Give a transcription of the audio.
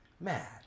mad